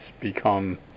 become